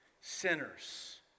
sinners